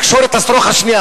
אני אקשור את השרוך השני.